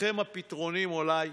לכם הפתרונים, אולי.